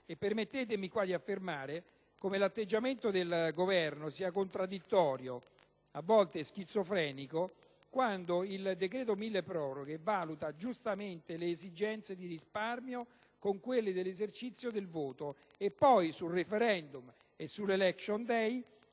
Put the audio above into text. Permettetemi qui di affermare come l'atteggiamento del Governo sia contraddittorio, a volte schizofrenico, quando con il decreto milleproroghe valuta giustamente le esigenze di risparmio con quelle dell'esercizio del voto e poi, sul *referendum* e sull*'election* *day*,